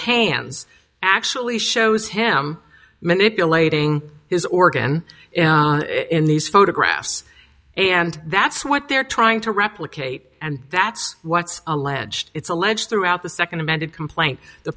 hands actually shows him manipulating his organ in these photographs and that's what they're trying to replicate and that's what's alleged it's alleged throughout the second amended complaint the